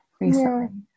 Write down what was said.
recently